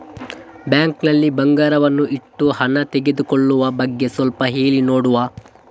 Bank ನಲ್ಲಿ ಬಂಗಾರವನ್ನು ಇಟ್ಟು ಹಣ ತೆಗೆದುಕೊಳ್ಳುವ ಬಗ್ಗೆ ಸ್ವಲ್ಪ ಹೇಳಿ ನೋಡುವ?